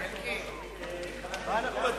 (תיקוני חקיקה ליישום התוכנית הכלכלית